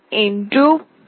అవుతుంది